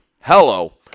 Hello